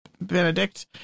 Benedict